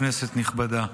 כנסת נכבדה,